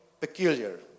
peculiar